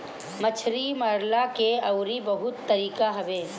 मछरी मारला के अउरी बहुते तरीका हवे